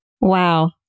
Wow